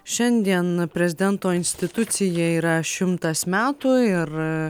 šiandien prezidento institucijai yra šimtas metų ir